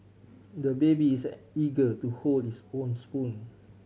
the baby is eager to hold his own spoon